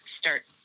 start